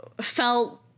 felt